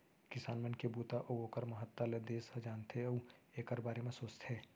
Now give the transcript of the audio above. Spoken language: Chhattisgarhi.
किसान मन के बूता अउ ओकर महत्ता ल देस ह जानथे अउ एकर बारे म सोचथे